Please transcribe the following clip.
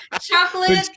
chocolate